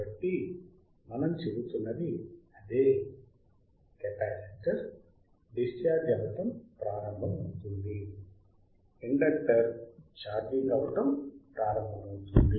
కాబట్టి మనం చెబుతున్నది అదే కెపాసిటర్ డిశ్చార్జ్ అవ్వటం ప్రారంభమవుతుంది ఇండక్టర్ ఛార్జింగ్ అవటం ప్రారంభమవుతుంది